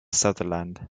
sutherland